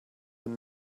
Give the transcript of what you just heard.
that